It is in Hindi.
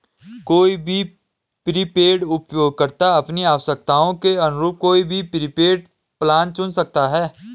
कोई भी प्रीपेड उपयोगकर्ता अपनी आवश्यकताओं के अनुरूप कोई भी प्रीपेड प्लान चुन सकता है